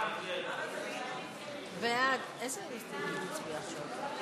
סעיף 159, כהצעת הוועדה, נתקבל.